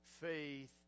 faith